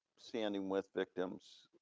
standing with victims,